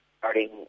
starting